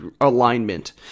alignment